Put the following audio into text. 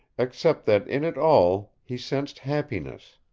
except that in it all he sensed happiness,